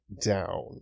down